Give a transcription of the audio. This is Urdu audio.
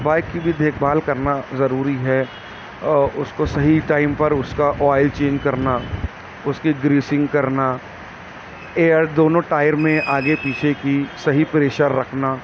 بائک کی بھی دیکھ بھال کرنا ضروری ہے اور اس کو صحیح ٹائم پراس کا آئل چینج کرنا اس کی گریسینگ کرنا ایئر دونوں ٹائر میں آگے پیچھے کی صحیح پریشر رکھنا